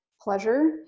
pleasure